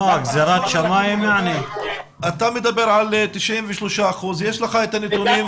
אתה מדבר על 93%. יש לך את הנתונים?